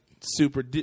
super